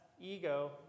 ego